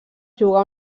jugar